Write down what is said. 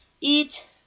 eat